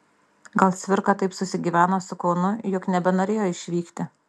gal cvirka taip susigyveno su kaunu jog nebenorėjo išvykti